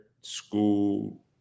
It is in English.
school